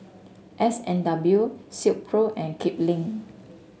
S and W Silkpro and Kipling